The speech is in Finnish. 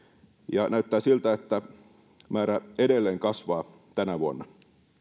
ja näyttää siltä että määrä edelleen kasvaa tänä vuonna